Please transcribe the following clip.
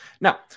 Now